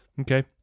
Okay